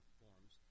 forms